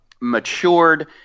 matured